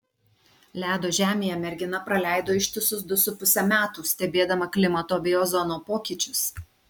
ledo žemėje mergina praleido ištisus du su puse metų stebėdama klimato bei ozono pokyčius